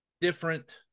different